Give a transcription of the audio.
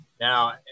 Now